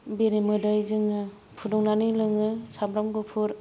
बेरेमोदै जोङो फुदुंनानै लोङो सामब्राम गुफुर